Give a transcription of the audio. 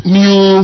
new